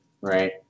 Right